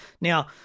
Now